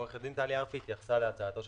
עורכת הדין טלי ארפי התייחסה להצעתו של